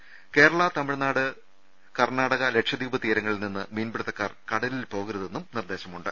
ഒകേരള കർണ്ണാടക ലക്ഷദ്വീപ് തീരങ്ങളിൽനിന്ന് മീൻപിടുത്തക്കാർ കടലിൽ പോക രുതെന്നും നിർദ്ദേശമുണ്ട്